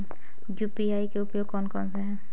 UPI के उपयोग कौन कौन से हैं?